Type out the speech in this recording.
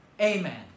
Amen